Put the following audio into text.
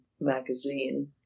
magazine